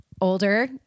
older